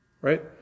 Right